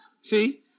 See